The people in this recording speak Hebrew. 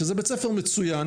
שזה בית ספר מצויין,